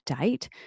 date